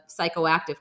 psychoactive